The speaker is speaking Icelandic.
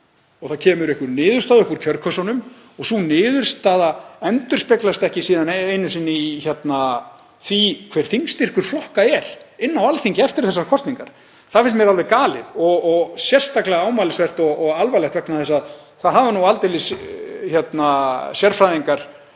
og það kemur einhver niðurstaða upp úr kjörkössunum og sú niðurstaða endurspeglist ekki einu sinni í því hver þingstyrkur flokka er á Alþingi eftir þessar kosningar, það finnst mér alveg galið og sérstaklega ámælisvert og alvarlegt. Það hafa nú aldeilis sérfræðingar